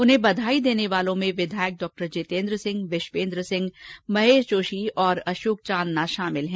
उन्हें बधाई देने वालों में विधायक डॉ जितेन्द्र सिंह विश्वेन्द्र सिंह महेश जोशी अशोक चांदना शामिल हैं